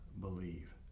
Believe